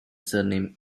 surname